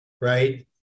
right